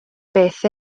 beth